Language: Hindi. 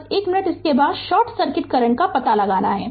बस एक मिनट इसके बाद शॉर्ट सर्किट करंट का पता लगाना है